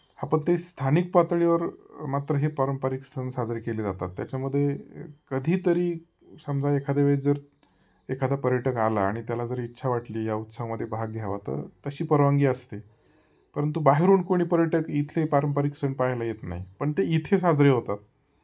हा फक्त ते स्थानिक पातळीवर मात्र हे पारंपरिक सण साजरे केले जातात त्याच्यामध्ये कधीतरी समजा एखाद्या वेळी जर एखादा पर्यटक आला आणि त्याला जर इच्छा वाटली या उत्सवामध्ये भाग घ्यावा तर तशी परवानगी असते परंतु बाहेरून कोणी पर्यटक इथले पारंपरिक सण पाहायला येत नाही पण ते इथे साजरे होतात